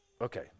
Okay